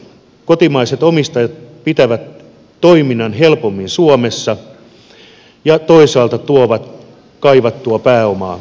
kotimaiset omistajat pitävät toiminnan helpommin suomessa ja toisaalta tuovat kaivattua pääomaa yrityksille